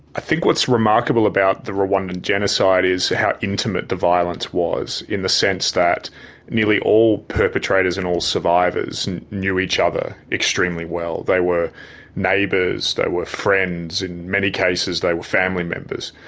i think what's remarkable about the rwandan genocide is how intimate the violence was, in the sense that nearly all perpetrators and all survivors knew each other extremely well. they were neighbours, they were friends in many cases they were family members.